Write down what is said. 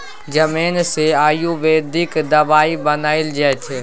जमैन सँ आयुर्वेदिक दबाई बनाएल जाइ छै